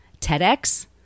TEDx